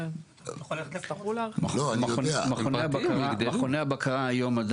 מכוני הבקרה היום.